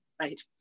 Right